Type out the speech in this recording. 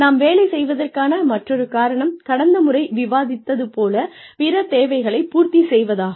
நாம் வேலை செய்வதற்கான மற்றொரு காரணம் கடந்த முறை விவாதித்தது போலப் பிற தேவைகளை பூர்த்தி செய்வதாகும்